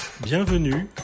Bienvenue